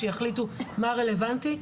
שיחליטו מה רלוונטי,